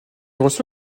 reçoit